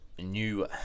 New